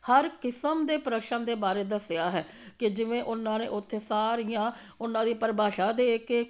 ਹਰ ਕਿਸਮ ਦੇ ਪ੍ਰਸ਼ਨ ਦੇ ਬਾਰੇ ਦੱਸਿਆ ਹੈ ਕਿ ਜਿਵੇਂ ਉਹਨਾਂ ਨੇ ਉੱਥੇ ਸਾਰੀਆਂ ਉਹਨਾਂ ਦੀ ਪਰਿਭਾਸ਼ਾ ਦੇ ਕੇ